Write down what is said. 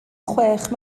chwech